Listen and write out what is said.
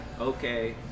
okay